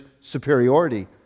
superiority